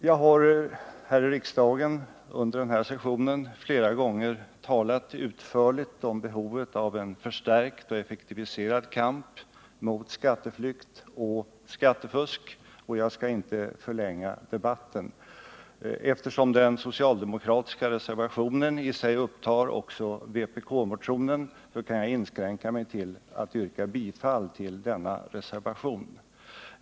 Jag har här i riksdagen under detta riksmöte flera gånger talat utförligt om behovet av en förstärkt och effektiviserad kamp mot skatteflykt och skattefusk, och jag skall inte förlänga debatten nu. Eftersom den socialdemokratiska reservationen i sig upptar också vpk-motionen kan jag inskränka mig till att yrka bifall till denna reservation.